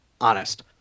Honest